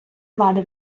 влади